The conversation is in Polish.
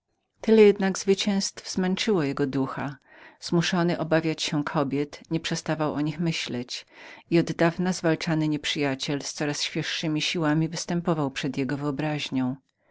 tyle jednak zwycięztw zmęczyło jego ducha zmuszony obawiać się kobiet nie przestawał o nich myśleć i oddawna tłoczony nieprzyjaciel z coraz świeżemi siłami występował przed jego wyobraźnią